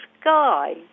sky